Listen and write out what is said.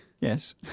Yes